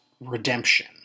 redemption